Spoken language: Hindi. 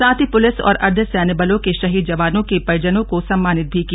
साथ ही पुलिस और अर्द्धसैन्य बलों के शहीद जवानों के परिजनों को सम्मानित भी किया